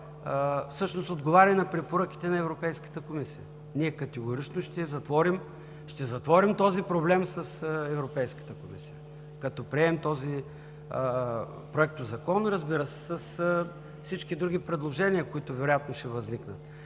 всъщност отговаря на препоръките на Европейската комисия. Ние категорично ще затворим този проблем с Европейската комисия, като приемем Проектозакон, разбира се, с всички други предложения, които вероятно ще възникнат.